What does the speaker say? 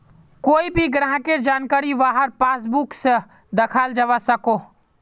कोए भी ग्राहकेर जानकारी वहार पासबुक से दखाल जवा सकोह